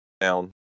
down